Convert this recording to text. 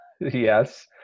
yes